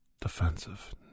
defensive